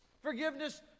forgiveness